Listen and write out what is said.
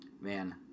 man